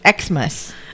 Xmas